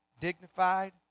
dignified